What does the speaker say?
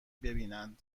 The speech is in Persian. ببینند